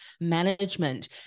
management